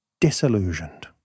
disillusioned